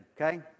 Okay